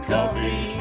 Coffee